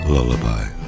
Lullaby